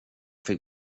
fick